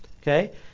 okay